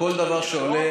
בכל תרופה.